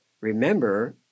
remember